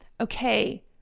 okay